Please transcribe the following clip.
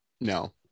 no